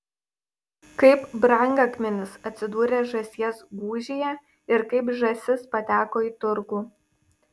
kaip brangakmenis atsidūrė žąsies gūžyje ir kaip žąsis pateko į turgų